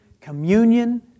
communion